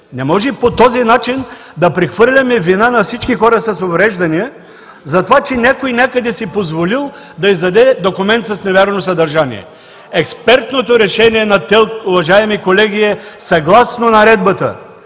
Не може по този начин да прехвърляме вина на всички хора с увреждания за това, че някой някъде си позволил да издаде документ с невярно съдържание. Експертното решение на ТЕЛК, уважаеми колеги, е съгласно Наредбата.